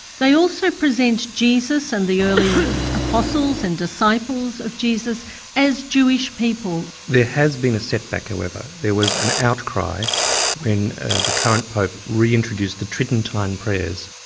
they also present jesus and the early apostles and disciples of jesus as jewish people. there has been a setback however. there was an outcry when the current pope reintroduced the tridentine prayers.